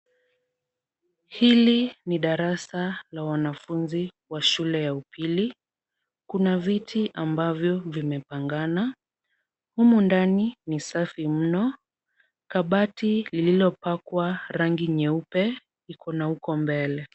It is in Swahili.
Hili ni darasa la wanafunzi wa shule ya upili. Kuna viti ambavyo vimepangana. Humu ndani ni safi mno. Kabati lililopakwa rangi nyeupe liko na huko mbele.